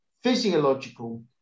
physiological